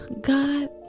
God